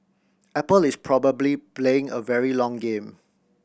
apple is probably playing a very long game